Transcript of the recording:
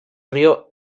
río